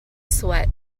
sweat